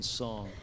song